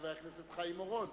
חבר הכנסת חיים אורון,